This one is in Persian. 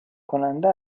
کننده